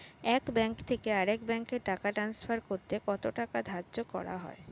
এক ব্যাংক থেকে আরেক ব্যাংকে টাকা টান্সফার করতে কত টাকা ধার্য করা হয়?